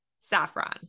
saffron